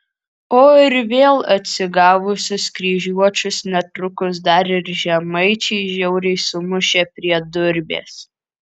o ir vėl atsigavusius kryžiuočius netrukus dar ir žemaičiai žiauriai sumušė prie durbės